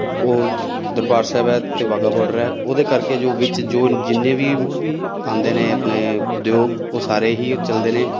ਉਹ ਦਰਬਾਰ ਸਾਹਿਬ ਹੈ ਅਤੇ ਵਾਹਗਾ ਬੋਡਰ ਹੈ ਉਹਦੇ ਕਰਕੇ ਜੋ ਵਿੱਚ ਜੋ ਜਿੰਨੇ ਵੀ ਆਉਂਦੇ ਨੇ ਆਪਣੇ ਉਦਯੋਗ ਉਹ ਸਾਰੇ ਹੀ ਚੱਲਦੇ ਨੇ